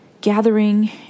gathering